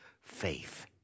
faith